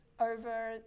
over